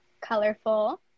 colorful